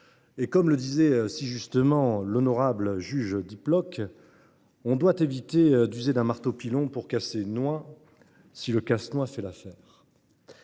Comme le disait si justement l’honorable juge Diplock, on doit éviter d’user « d’un marteau pilon pour casser une noix, si le casse noix suffit